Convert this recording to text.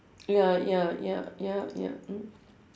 ya ya ya ya ya mm